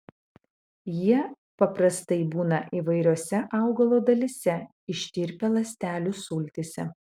jie paprastai būna įvairiose augalo dalyse ištirpę ląstelių sultyse